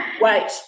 Wait